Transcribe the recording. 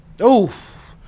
Oof